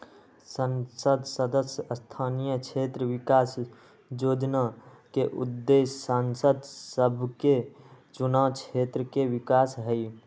संसद सदस्य स्थानीय क्षेत्र विकास जोजना के उद्देश्य सांसद सभके चुनाव क्षेत्र के विकास हइ